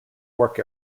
work